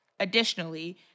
Additionally